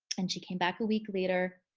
and she came back a week later.